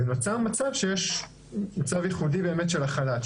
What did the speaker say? נוצר מצב ייחודי באמת של החל"ת,